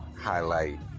highlight